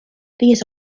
these